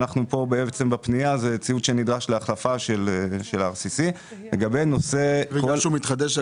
בפנייה מדובר בציוד שנדרש להחלפה של RCC. בגלל